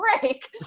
break